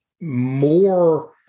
more